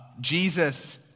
Jesus